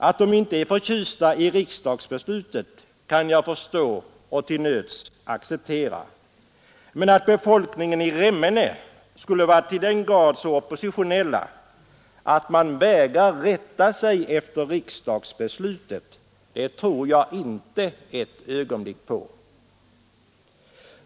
Att man inte är förtjust i riksdagsbeslutet kan jag förstå och till nöds acceptera, men att befolkningen i Remmene skulle vara till den grad oppositionell att man vägrar rätta sig efter riksdagsbeslutet tror jag inte ett ögonblick på.